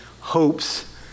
hopes